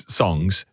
songs